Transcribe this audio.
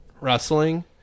wrestling